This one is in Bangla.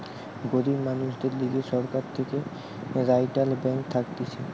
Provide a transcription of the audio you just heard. গরিব মানুষদের লিগে সরকার থেকে রিইটাল ব্যাঙ্ক থাকতিছে